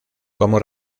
como